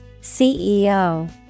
CEO